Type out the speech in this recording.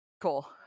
Cool